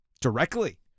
directly